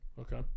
Okay